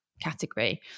category